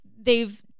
they've-